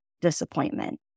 disappointment